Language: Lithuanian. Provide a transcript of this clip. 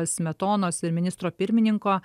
smetonos ir ministro pirmininko